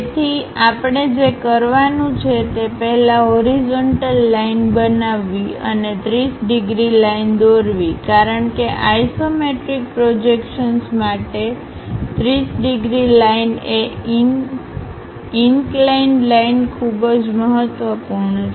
તેથી આપણે જે કરવાનું છે તે પહેલાં હોરિઝન્ટલ લાઈન બનાવવી અને 30 ડિગ્રી લાઇન દોરવી કારણ કે આઇસોમેટ્રિક પ્રોજેક્શન્સ માટે 30 degree line A incline line ખૂબ જ મહત્વપૂર્ણ છે